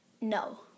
No